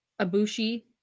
Abushi